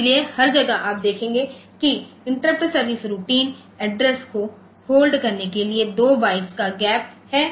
इसलिए हर जगह आप देखते हैं कि इंटरप्ट सर्विस रूटीन एड्रेस को होल्ड करने के लिए 2 बाइट्स का गैप है